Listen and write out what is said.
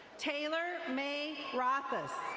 taylor may rappas.